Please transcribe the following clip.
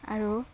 আৰু